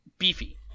beefy